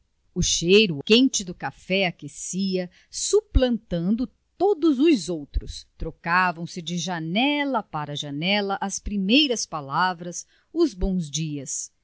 o cheiro quente do café aquecia suplantando todos os outros trocavam se de janela para janela as primeiras palavras os bons dias